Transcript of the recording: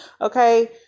Okay